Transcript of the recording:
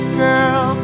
girl